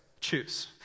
Choose